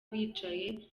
bicaye